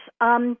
Yes